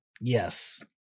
Yes